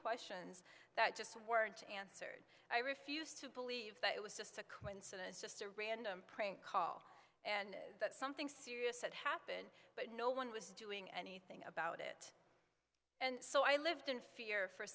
questions that just weren't answered i refuse to believe that it was just a coincidence just a random prank call and that something serious had happened but no one was doing anything about it and so i lived in fear for